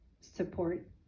support